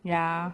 ya